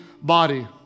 body